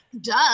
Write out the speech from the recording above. Duh